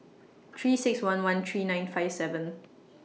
three six one one three nine five seven